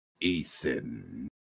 Ethan